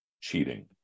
cheating